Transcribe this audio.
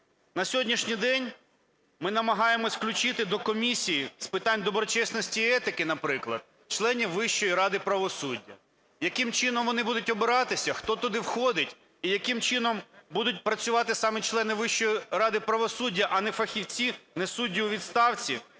На сьогоднішній день ми намагаємося включити до Комісії з питань доброчесності і етики, наприклад, членів Вищої ради правосуддя. Яким чином вони будуть обиратися, хто туди входить? І яким чином будуть працювати саме члени Вищої ради правосуддя, а не фахівці, не судді у відставці,